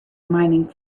mining